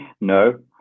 no